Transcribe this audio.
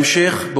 בהמשך,